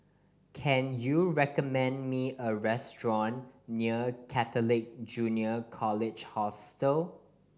can you recommend me a restaurant near Catholic Junior College Hostel